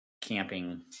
camping